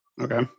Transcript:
Okay